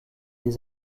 des